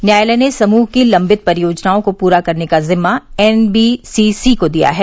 न्यायालय ने समूह की लंबित परियोजनाओं को पूरा करने का जिम्मा एन बी सी को दिया है